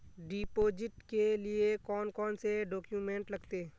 Deposit के लिए कौन कौन से डॉक्यूमेंट लगते?